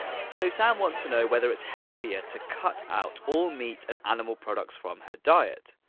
so sam wants to know whether it's healthier to cut out all meat and animal products from her diet.